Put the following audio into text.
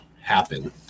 happen